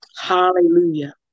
Hallelujah